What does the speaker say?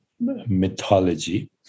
mythology